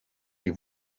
die